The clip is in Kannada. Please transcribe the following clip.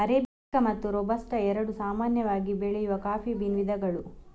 ಅರೇಬಿಕಾ ಮತ್ತು ರೋಬಸ್ಟಾ ಎರಡು ಸಾಮಾನ್ಯವಾಗಿ ಬೆಳೆಯುವ ಕಾಫಿ ಬೀನ್ ವಿಧಗಳು